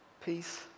peace